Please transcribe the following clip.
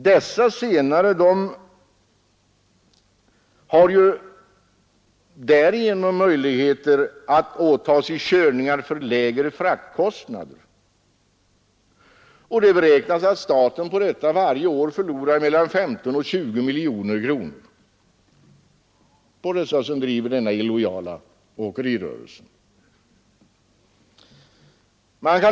Dessa senare har härigenom möjlighet att åta sig körningar för lägre fraktkostnad. Det beräknas att staten varje år förlorar 15—20 miljoner kronor på denna illojala åkerirörelse.